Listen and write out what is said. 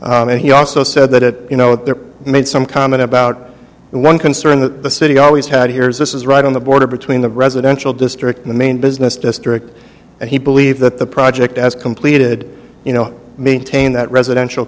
complied and he also said that you know there made some comment about and one concern that the city always had here is this is right on the border between the residential district the main business district and he believe that the project as completed you know maintained that residential